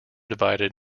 divided